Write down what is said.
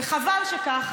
וחבל שכך,